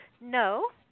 No